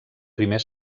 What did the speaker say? primer